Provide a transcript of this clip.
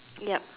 yup